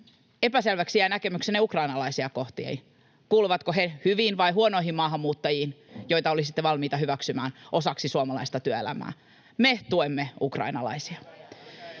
Epäselväksi jäi näkemyksenne ukrainalaisia kohtaan, kuuluvatko he hyviin vai huonoihin maahanmuuttajiin, joita olisitte valmiita hyväksymään osaksi suomalaista työelämää. Me tuemme ukrainalaisia.